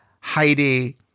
Heidi